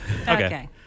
Okay